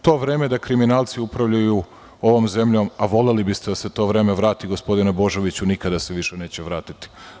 To vreme da kriminalci upravljaju ovom zemljom, a voleli biste da se to vreme vrati gospodine Božoviću, nikada se više neće vratiti.